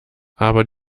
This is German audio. aber